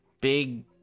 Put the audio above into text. big